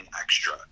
extra